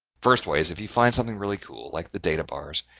first way is if you find something really cool, like the data bars,